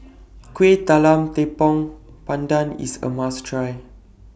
Kueh Talam Tepong Pandan IS A must Try